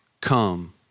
come